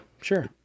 Sure